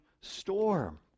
storm